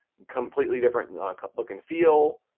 completely different look and feel,